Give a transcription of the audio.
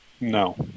No